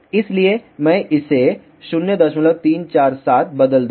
इसलिए मैं इसे 0347 बदल दूंगा